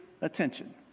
attention